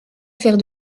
faire